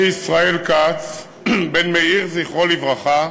אני, חיים כץ, בן חנה ואברהם, זכרם לברכה,